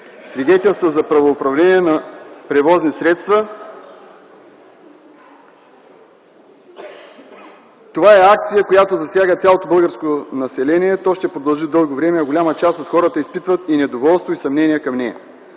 свидетелство за правоуправление на превозни средства. Това е акция, която засяга цялото българско население. Тя ще продължи дълго време, а голяма част от хората изпитват и недоволство, и съмнения към нея.